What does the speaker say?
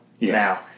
Now